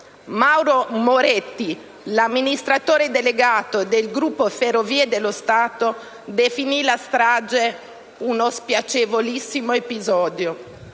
Mauro Moretti, l'amministratore delegato del gruppo Ferrovie dello Stato, definì la strage "uno spiacevolissimo episodio".